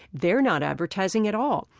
they're not advertising at all.